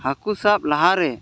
ᱦᱟᱹᱠᱩ ᱥᱟᱵ ᱞᱟᱦᱟᱨᱮ